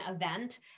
event